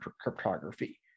cryptography